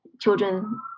children